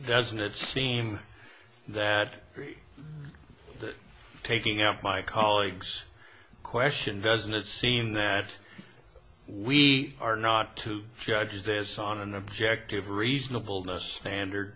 doesn't it seem that taking out my colleague's question doesn't it seem that we are not to judge this on an objective reasonable most standard